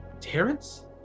Terrence